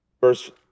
verse